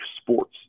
sports